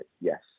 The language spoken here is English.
Yes